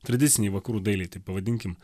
tradicinėj vakarų dailėj taip pavadinkim